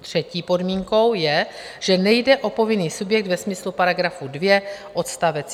Třetí podmínkou je, že nejde o povinný subjekt ve smyslu § 2 odst.